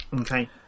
Okay